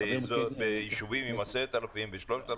ביישובים עם 10,000 ו-3,000.